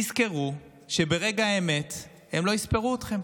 תזכרו שברגע האמת הם לא יספרו אתכם.